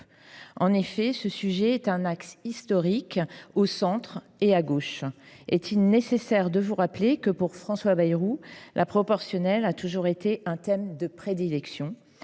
Ce sujet est en effet un axe historique au centre et à gauche. Est il nécessaire de rappeler que, pour François Bayrou, la proportionnelle a toujours été un thème de prédilection ?